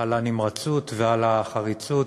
על הנמרצות ועל החריצות,